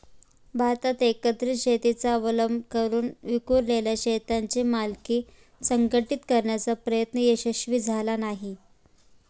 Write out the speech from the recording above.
भारतात एकत्रित शेतीचा अवलंब करून विखुरलेल्या शेतांची मालकी संघटित करण्याचा प्रयत्न यशस्वी झाला नाही